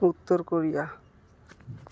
Uttar Korea